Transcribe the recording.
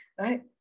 right